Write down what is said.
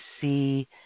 see